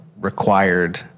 required